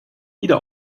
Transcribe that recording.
wieder